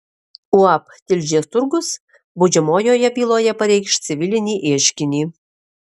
uab tilžės turgus baudžiamojoje byloje pareikš civilinį ieškinį